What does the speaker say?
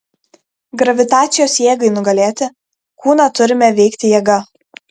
gravitacijos jėgai nugalėti kūną turime veikti jėga